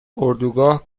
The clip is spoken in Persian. اردوگاه